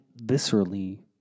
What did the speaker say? viscerally